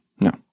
No